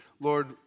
Lord